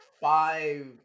five